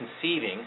conceiving